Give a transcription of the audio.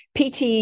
PT